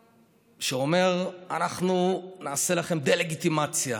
שאומר: אנחנו נעשה לכם דה-לגיטימציה,